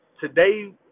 Today